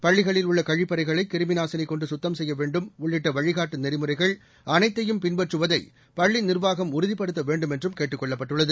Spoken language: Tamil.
பள்ளிகளில் உள்ள கழிப்பறைகளை கிருமி நாசினி கொண்டு சுத்தம் செய்ய வேண்டும் உள்ளிட்ட வழிகாட்டு நெறிமுறைகள் அனைத்தையும் பின்பற்றுவதை பள்ளி நிர்வாகம் உறுதிப்படுத்த வேண்டும் என்றும் கேட்டுக் கொள்ளப்பட்டுள்ளது